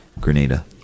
grenada